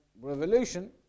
revelation